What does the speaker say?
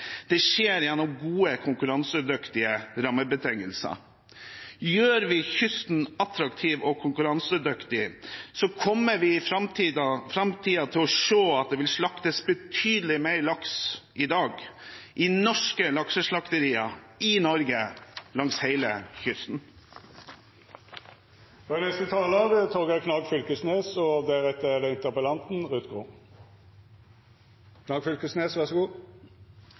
det skjer gjennom gode, konkurransedyktige rammebetingelser. Gjør vi kysten attraktiv og konkurransedyktig, kommer vi i framtiden til å se at det vil bli slaktet betydelig mer laks enn i dag i norske lakseslakterier i Norge langs hele kysten.